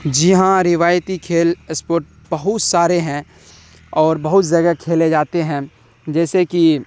جی ہاں روایتی کھیل اسپورٹ بہت سارے ہیں اور بہت جگہ کھیلے جاتے ہیں جیسے کہ